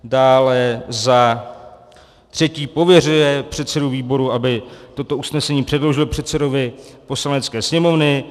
Dále za třetí, pověřuje předsedu výboru, aby toto usnesení předložil předsedovi Poslanecké sněmovny.